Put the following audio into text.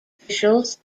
officials